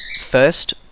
first